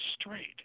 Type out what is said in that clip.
straight